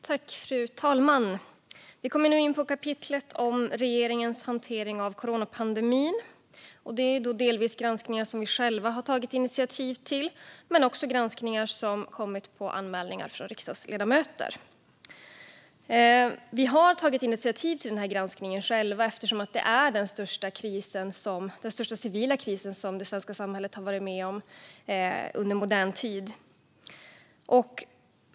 Fru talman! Vi kommer nu in på kapitlet om regeringens hantering av coronapandemin. Det är delvis granskningar som vi själva har tagit initiativ till men också granskningar som gjorts efter anmälningar av riksdagsledamöter. Vi har tagit initiativ till denna granskning själva eftersom detta är den största civila kris som det svenska samhället har varit med om under modern tid.